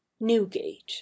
newgate